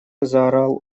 заорал